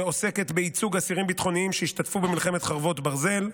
שעוסקת בייצוג אסירים ביטחוניים שהשתתפו במלחמת חרבות ברזל,